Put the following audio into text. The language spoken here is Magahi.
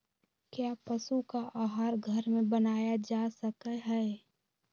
क्या पशु का आहार घर में बनाया जा सकय हैय?